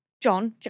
John